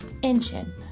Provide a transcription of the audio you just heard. Engine